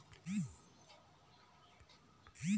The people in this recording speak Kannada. ತೇವಾಂಶ ಇರೋ ಮೆಕ್ಕೆಜೋಳನ ಗೋದಾಮಿನಲ್ಲಿ ಸ್ಟಾಕ್ ಇಟ್ರೆ ಏನಾದರೂ ಅಗ್ತೈತ?